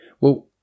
well-